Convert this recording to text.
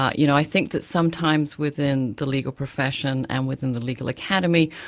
ah you know i think that sometimes within the legal profession and within the legal academy,